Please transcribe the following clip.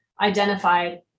identified